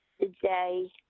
today